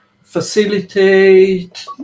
facilitate